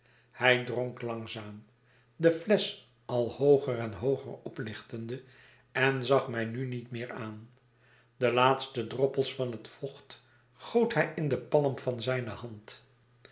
hij dronk langzaam de flesch al hooger en hooger oplichtende en zag mij nu niet meer aan de laatste droppels van het vocht goot hij in de palm van zijne hand